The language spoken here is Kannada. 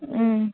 ಹ್ಞೂ